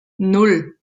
nan